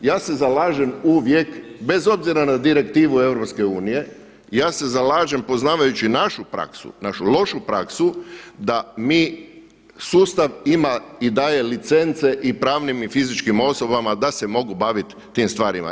Ja se zalažem uvijek bez obzira na direktivu Europske unije, ja se zalažem poznavajući našu praksu, našu lošu praksu da mi sustav ima i daje licence i pravnim i fizičkim osobama da se mogu bavit tim stvarima.